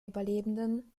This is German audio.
überlebenden